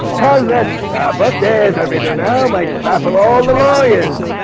car let's stop but there's irena now my travel all the lawyers